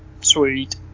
sweet